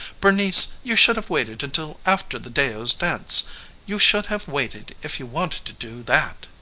bernice, you should have waited until after the deyo's dance you should have waited if you wanted to do that.